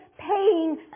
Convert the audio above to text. paying